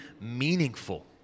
meaningful